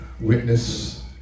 witness